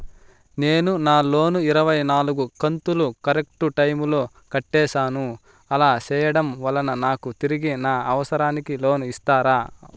నేను నా లోను ఇరవై నాలుగు కంతులు కరెక్టు టైము లో కట్టేసాను, అలా సేయడం వలన నాకు తిరిగి నా అవసరానికి లోను ఇస్తారా?